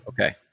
okay